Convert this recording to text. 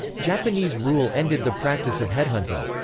japanese rule ended the practice of headhunting.